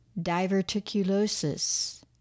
diverticulosis